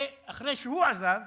אחרי שהוא עזב,